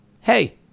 Hey